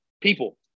people